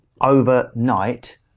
overnight